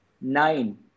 Nine